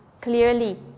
clearly